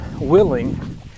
willing